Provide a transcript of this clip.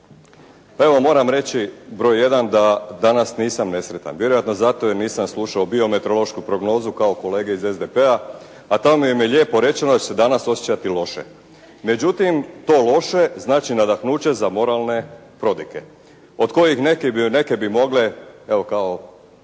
Evo moram reći broj 1. da danas nisam nesretan. Vjerojatno zato jer nisam slušao biometeorološku prognozu kao kolege iz SDP-a a tamo im je lijepo rečeno da će se danas osjećati loše. Međutim to loše znači nadahnuće za moralne prodike od kojih neke bi, neke bi mogle evo kao